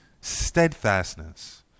steadfastness